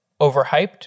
overhyped